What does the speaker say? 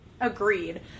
Agreed